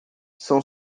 são